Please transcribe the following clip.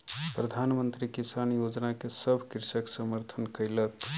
प्रधान मंत्री किसान योजना के सभ कृषक समर्थन कयलक